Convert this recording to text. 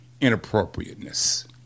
inappropriateness